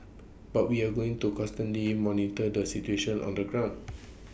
but we are going to constantly monitor the situation on the ground